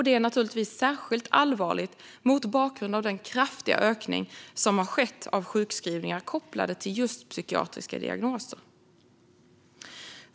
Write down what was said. Det är särskilt allvarligt mot bakgrund av den kraftiga ökning som har skett av sjukskrivningar kopplade till just psykiatriska diagnoser.